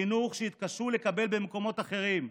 חינוך שיתקשו לקבל במקומות אחרים.